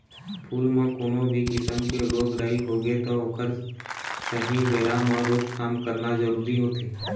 फूल म कोनो भी किसम के रोग राई होगे त ओखर सहीं बेरा म रोकथाम करना जरूरी होथे